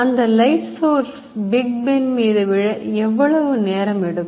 அந்த light source big pen மீது விழ எவ்வளவு நேரம் எடுக்கும்